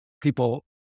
people